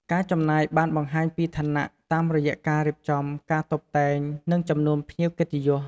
ការចំណាយបានបង្ហាញពីឋានៈតាមរយៈការរៀបចំ ការតុបតែង និងចំនួនភ្ញៀវកិត្តិយស។